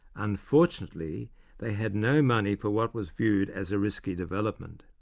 bunfortunately they had no money for what was viewed as a risky development.